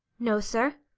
no, sir.